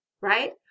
right